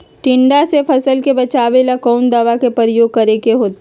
टिड्डा से फसल के बचावेला कौन दावा के प्रयोग करके होतै?